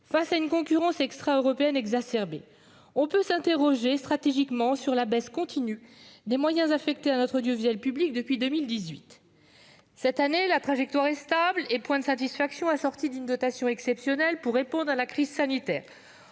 face à une concurrence extraeuropéenne exacerbée, nous pouvons nous interroger, d'un point de vue stratégique, sur la baisse continue des moyens affectés à notre audiovisuel public depuis 2018. Cette année, la trajectoire est stable et, point de satisfaction, est assortie d'une dotation exceptionnelle pour répondre à la crise sanitaire,